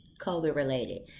COVID-related